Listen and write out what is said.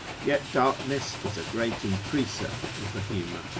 yet darkness is a great increaser of the humour.